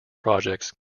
projects